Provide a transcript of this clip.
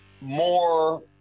more